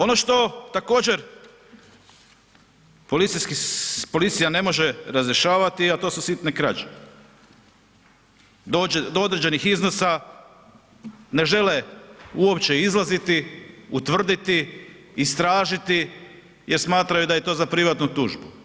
Ono što također policija ne može razrješavati, a to su sitne krađe, do određenih iznosa ne žele uopće izlaziti, utvrditi, istražiti jer smatraju da je to za privatnu tužbu.